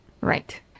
Right